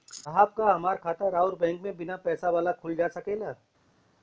साहब का हमार खाता राऊर बैंक में बीना पैसा वाला खुल जा सकेला?